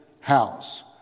house